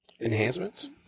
enhancements